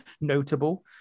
notable